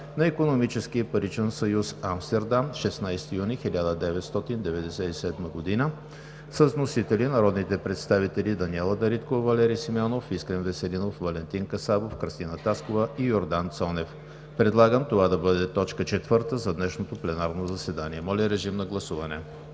на Икономическия и паричен съюз Амстердам, 16 юни 1997 г., с вносители народните представители Даниела Дариткова, Валери Симеонов, Искрен Веселинов, Валентин Касабов, Кръстина Таскова и Йордан Цонев. Предлагам това да бъде точка четвърта за днешното пленарно заседание. Моля, гласувайте.